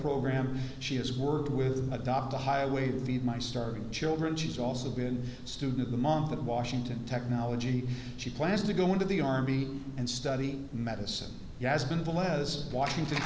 program she has worked with adopt a highway with my starving children she's also been a student of the month of washington technology she plans to go into the army and study medicine has been velez washington